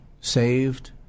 saved